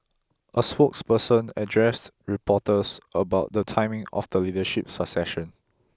a spokesperson addressed reporters about the timing of the leadership succession